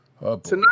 tonight